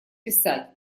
писать